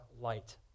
light